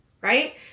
right